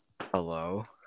Hello